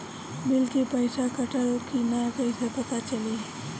Bill के पइसा कटल कि न कइसे पता चलि?